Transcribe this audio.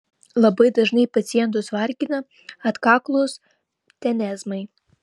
labai dažnai pacientus vargina atkaklūs tenezmai